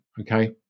Okay